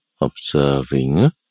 observing